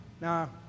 Now